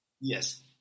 Yes